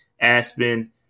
Aspen